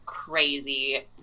Crazy